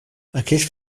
aquest